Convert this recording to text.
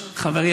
לא,